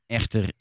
Echter